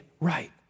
right